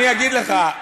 אני אגיד לך.